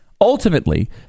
Ultimately